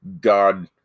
god